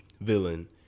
villain